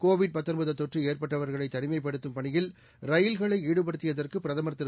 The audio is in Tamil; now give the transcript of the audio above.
கோவிட் தொற்று ஏற்பட்டவர்களைத் தனிமைப்படுத்தும் பணியில் ரயில்களை ஈடுபடுத்தியதற்கு பிரதமர் திரு